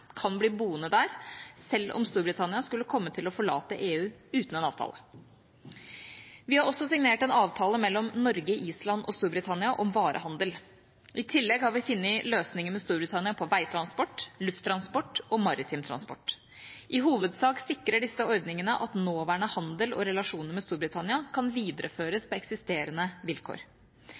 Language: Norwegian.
kan bli boende der, selv om Storbritannia skulle komme til å forlate EU uten en avtale. Vi har også signert en avtale mellom Norge, Island og Storbritannia om varehandel. I tillegg har vi funnet løsninger med Storbritannia på veitransport, lufttransport og maritim transport. I hovedsak sikrer disse ordningene at nåværende handel og relasjoner med Storbritannia kan videreføres på eksisterende vilkår.